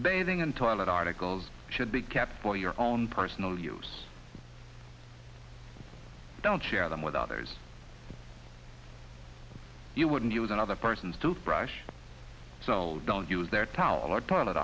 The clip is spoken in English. they thing and toilet articles should be kept for your own personal use don't share them with others you wouldn't use another person's toothbrush so don't use their towel or